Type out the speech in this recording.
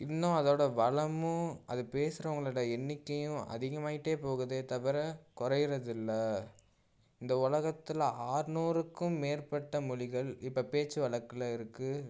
இன்னும் அதோடய வளமும் அது பேசுகிறவங்களோட எண்ணிக்கையும் அதிகமாகிட்டே போகுதே தவிர குறையுறது இல்லை இந்த உலகத்தில் ஆறுநூறுக்கும் மேற்பட்ட மொழிகள் இப்போ பேச்சு வழக்கில் இருக்குது